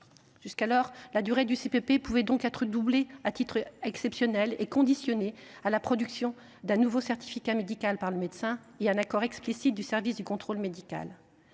Jusqu’alors, la durée du CPP pouvait donc être doublée à titre exceptionnel, soumise à la production d’un nouveau certificat médical par le médecin et à un accord explicite du service du contrôle médical.